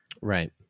right